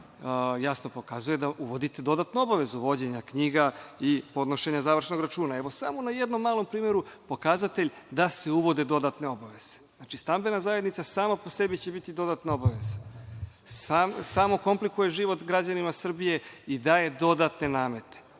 jasno pokazuje da uvodite dodatnu obavezu, vođenja knjiga i podnošenja završnog računa. Evo, samo na jednom malom primeru pokazatelj da se uvode dodatne obaveze. Znači, stambena zajednica sama po sebi će biti dodatna obaveza. Samo komplikuje život građanima Srbije i daje dodatne namete.